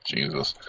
Jesus